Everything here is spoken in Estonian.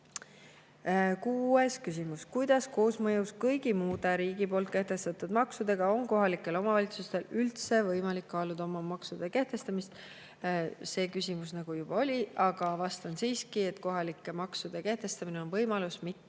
"Kuidas koosmõjus kõigi muude riigi poolt kehtestatud maksudega on kohalikel omavalitsustel üldse võimalik kaaluda oma maksude kehtestamist?" See küsimus juba oli, aga vastan siiski, et kohalike maksude kehtestamine on võimalus, mitte